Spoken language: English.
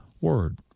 word